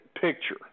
picture